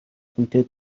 дүнтэй